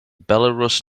belarus